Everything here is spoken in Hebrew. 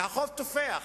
והחוב תופח.